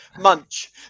munch